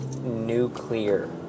nuclear